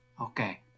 Okay